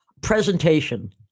Presentation